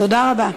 תודה רבה.